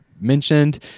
mentioned